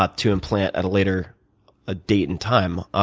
ah to implant at a later ah date in time.